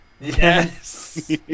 Yes